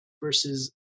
versus